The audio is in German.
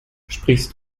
sprichst